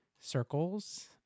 circles